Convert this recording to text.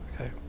Okay